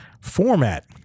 format